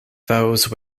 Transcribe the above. those